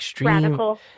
Radical